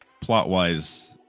plot-wise